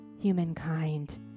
humankind